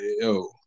Yo